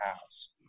House